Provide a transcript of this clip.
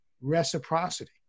reciprocity